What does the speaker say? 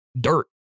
dirt